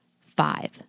five